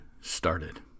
started